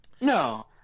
No